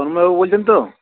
বলছেন তো